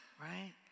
Right